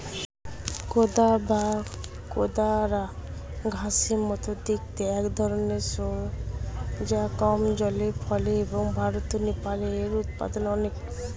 কোদা বা কোদরা ঘাসের মতো দেখতে একধরনের শস্য যা কম জলে ফলে এবং ভারত ও নেপালে এর উৎপাদন অনেক